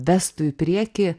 vestų į priekį